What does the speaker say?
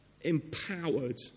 empowered